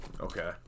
Okay